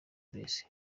mbese